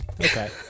Okay